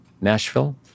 Nashville